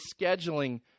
scheduling